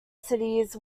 cities